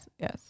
Yes